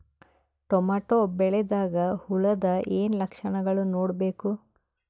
Tomato ಬೆಳಿದಾಗ್ ಹುಳದ ಏನ್ ಲಕ್ಷಣಗಳು ನೋಡ್ಬೇಕು?